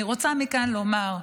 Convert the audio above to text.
אני רוצה מכאן לומר,